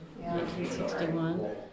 1961